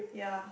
yeah